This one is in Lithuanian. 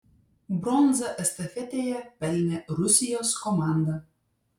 bronzą estafetėje pelnė rusijos komanda